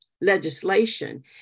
legislation